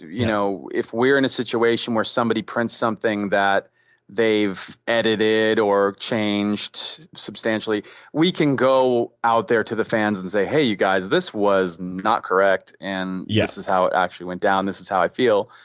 you know, if we're in a situation where somebody prints something that they've edited or changed substantially, we can go out there to the fans and say, hey, you guys, this was not correct, and this is how it actually went down. this is how i feel.